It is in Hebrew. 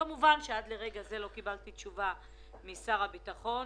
כמובן שעד לרגע זה לא קיבלתי תשובה משר הביטחון.